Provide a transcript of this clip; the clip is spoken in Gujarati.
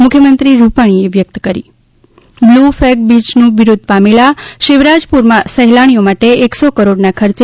મુખ્યમંત્રી રૂપાણીએ વ્યક્ત કરી બ્લૂ ફ્લેગ બીયનું બિરુદ પામેલા શિવરાજપુરમાં સહેલાણીઓ માટે એકસો કરોડના ખર્ચે